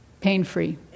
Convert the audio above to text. Pain-free